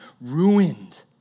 ruined